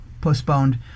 postponed